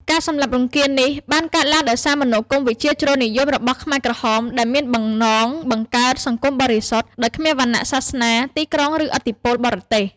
ការសម្លាប់រង្គាលនេះបានកើតឡើងដោយសារមនោគមវិជ្ជាជ្រុលនិយមរបស់ខ្មែរក្រហម ដែលមានបំណងបង្កើត "សង្គមបរិសុទ្ធ" ដោយគ្មានវណ្ណៈ សាសនា ទីក្រុង ឬឥទ្ធិពលបរទេស។